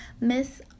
Miss